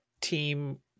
team